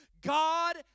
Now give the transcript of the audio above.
God